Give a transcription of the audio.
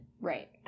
Right